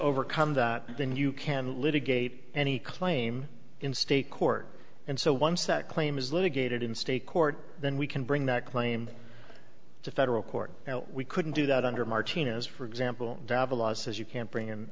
overcome that then you can litigate any claim in state court and so once the claim is litigated in state court then we can bring that claim it's a federal court now we couldn't do that under martinez for example dav a law says you can't bring in